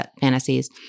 fantasies